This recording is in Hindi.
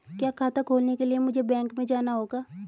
क्या खाता खोलने के लिए मुझे बैंक में जाना होगा?